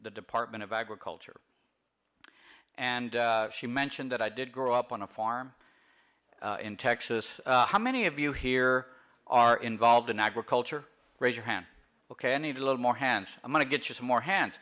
the department of agriculture and she mentioned that i did grow up on a farm in texas how many of you here are involved in agriculture raise your hand ok i need a little more hands i'm going to get you some more hand